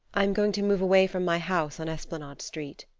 i am going to move away from my house on esplanade street.